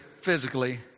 physically